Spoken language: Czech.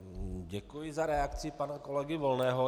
Děkuji za reakci pana kolegy Volného.